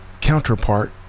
counterpart